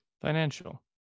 Financial